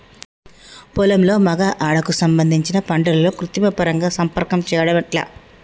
పొలంలో మగ ఆడ కు సంబంధించిన పంటలలో కృత్రిమ పరంగా సంపర్కం చెయ్యడం ఎట్ల?